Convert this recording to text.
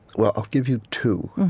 well, i'll give you two.